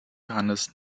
johannes